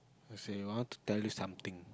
I say I want to tell you something